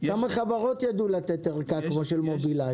כמה חברות ידעו לתת ערכה כמו של מוביליי?